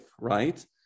right